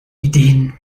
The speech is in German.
ideen